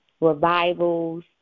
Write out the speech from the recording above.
revivals